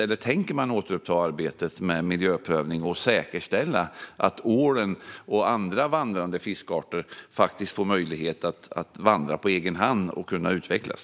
Eller tänker man ens återuppta arbetet med miljöprövning för att säkerställa att ålen och andra vandrande fiskarter får möjlighet att vandra på egen hand och kunna utvecklas?